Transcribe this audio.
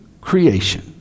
creation